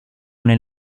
nel